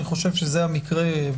אני חושב שזה המקרה.